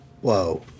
whoa